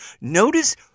Notice